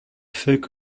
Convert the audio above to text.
feuille